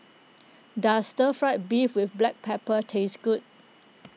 does Stir Fried Beef with Black Pepper taste good